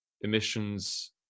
emissions